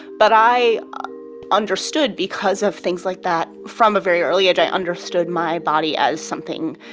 but i understood, because of things like that, from a very early age i understood my body as something